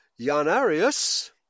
Janarius